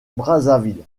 brazzaville